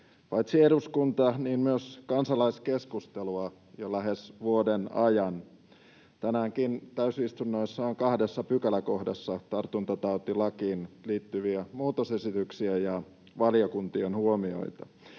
paitsi eduskunta- myös kansalaiskeskustelua jo lähes vuoden ajan. Tänäänkin täysistunnossa on kahdessa pykäläkohdassa tartuntatautilakiin liittyviä muutosesityksiä ja valiokuntien huomioita.